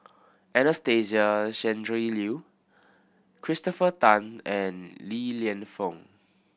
Anastasia Tjendri Liew Christopher Tan and Li Lienfung